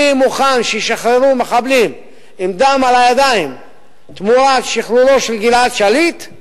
אני מוכן שישחררו מחבלים עם דם על הידיים תמורת שחרורו של גלעד שליט,